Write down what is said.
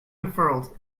unfurled